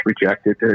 rejected